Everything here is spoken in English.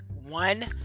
One